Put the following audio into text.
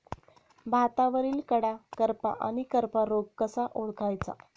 भातावरील कडा करपा आणि करपा रोग कसा ओळखायचा?